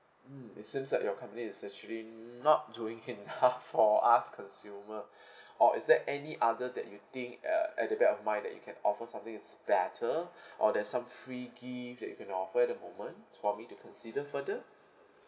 mm it seem like your company is actually not doing enough for us consumer or is there any other that you think uh at the back of mind that you can offer something is better or there's some free gift that you can offer at the moment for me to consider further